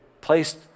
placed